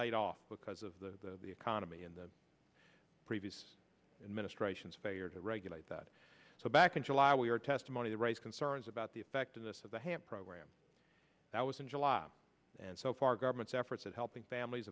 laid off because of the economy in the previous administration's failure to regulate that so back in july we are testimony to raise concerns about the effectiveness of the ham program that was in july and so far government's efforts at helping families